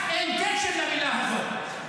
לך אין קשר למילה הזאת.